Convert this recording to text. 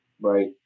right